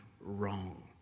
wrong